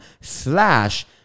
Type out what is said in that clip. slash